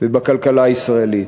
ובכלכלה הישראלית.